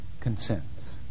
consents